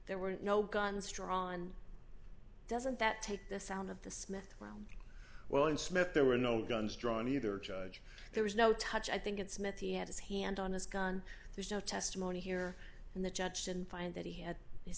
there were no guns drawn doesn't that take the sound of the smith round well in smith there were no guns drawn either judge there was no touch i think it's meant he had his hand on his gun there's no testimony here and the jets and find that he had his